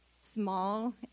small